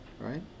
right